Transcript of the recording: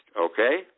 okay